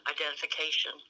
identification